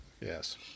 yes